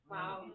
Wow